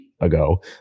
ago